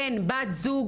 בן או בת זוג,